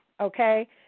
okay